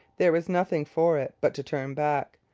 there was nothing for it but to turn back,